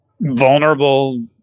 vulnerable